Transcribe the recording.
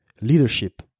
leadership